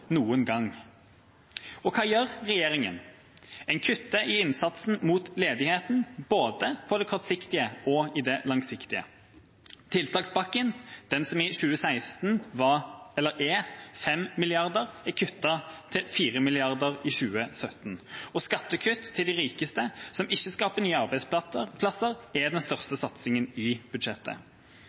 noen gang. Og hva gjør regjeringa? En kutter i innsatsen mot ledigheten, både når det gjelder det kortsiktige og det langsiktige. Tiltakspakken, den som i 2016 er på 5 mrd. kr, er kuttet til 4 mrd. kr i 2017. Skattekutt til de rikeste, som ikke skaper nye arbeidsplasser, er den største satsinga i budsjettet.